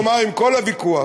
צריך לומר, עם כל הוויכוח,